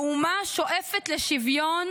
באומה השואפת לשוויון